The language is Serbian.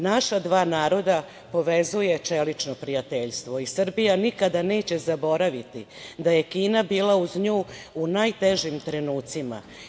Naša dva naroda povezuje čelično prijateljstvo i Srbija nikada neće zaboraviti da je Kina bila uz nju u najtežim trenucima.